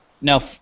No